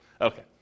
Okay